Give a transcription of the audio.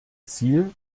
ziel